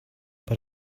but